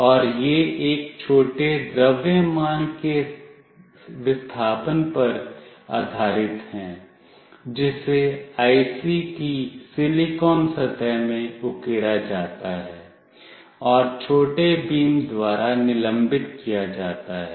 और यह एक छोटे द्रव्यमान के विस्थापन पर आधारित है जिसे आईसी की सिलिकॉन सतह में उकेरा जाता है और छोटे बीम द्वारा निलंबित किया जाता है